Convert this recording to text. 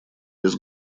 без